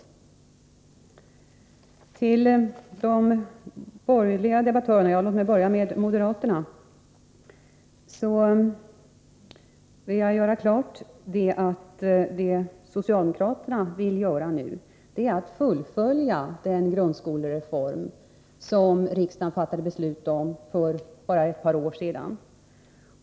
När det gäller de borgerliga debattörerna skall jag först kommentera vad moderaterna sagt. Vad vi socialdemokrater nu vill är att fullfölja den grundskolereform som riksdagen fattade beslut om så sent som för ett par år sedan.